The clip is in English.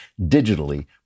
digitally